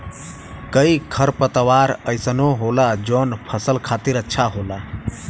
कई खरपतवार अइसनो होला जौन फसल खातिर अच्छा होला